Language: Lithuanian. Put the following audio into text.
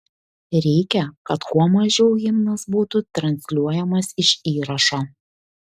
reikia kad kuo mažiau himnas būtų transliuojamas iš įrašo